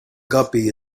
guppy